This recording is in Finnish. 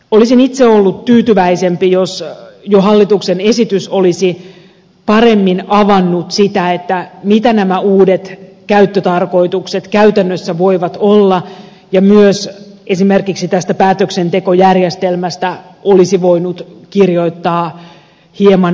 olisin itse ollut tyytyväisempi jos jo hallituksen esitys olisi paremmin avannut sitä mitä nämä uudet käyttötarkoitukset käytännössä voivat olla ja myös esimerkiksi tästä päätöksentekojärjestelmästä olisi voinut kirjoittaa hieman selkeämmin ja avoimemmin